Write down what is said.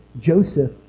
Joseph